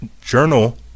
Journal